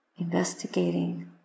investigating